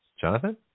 Jonathan